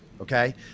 Okay